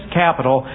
capital